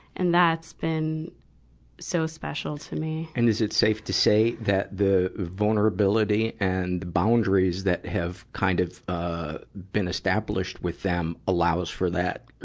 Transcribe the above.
and that's been so special to me. and is it safe to say that the vulnerability and boundaries that have kind of, ah, been established with them allows for that,